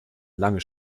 lange